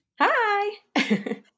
Hi